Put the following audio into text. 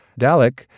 Dalek